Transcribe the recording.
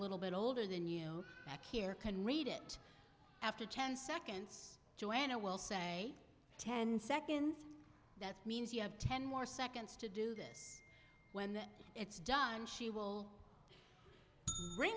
little bit older than you back here can read it after ten seconds joanna will say ten seconds that means you have ten more seconds to do this when it's done she will ring